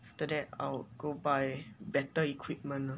after that I will go buy better equipment